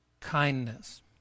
kindness